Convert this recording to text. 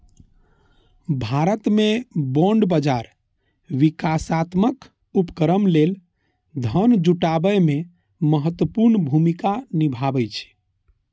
भारत मे बांड बाजार विकासात्मक उपक्रम लेल धन जुटाबै मे महत्वपूर्ण भूमिका निभाबै छै